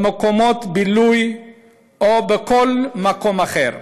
במקומות בילוי או בכל מקום אחר.